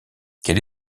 quelle